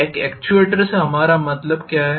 एक एक्ट्यूएटर से हमारा क्या मतलब है